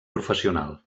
professional